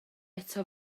eto